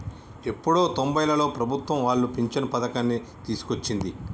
ఎప్పుడో తొంబైలలో ప్రభుత్వం వాళ్లు పించను పథకాన్ని తీసుకొచ్చింది